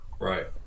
Right